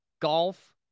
golf